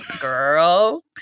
Girl